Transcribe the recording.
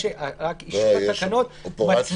אישור התקנות --- יש אופרציה שלמה.